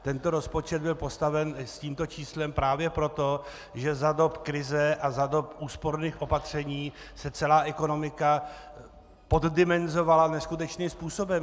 Tento rozpočet byl postaven s tímto číslem právě proto, že za dob krize a za dob úsporných opatření se celá ekonomika poddimenzovala neskutečným způsobem.